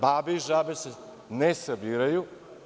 Babe i žabe se ne sabiraju.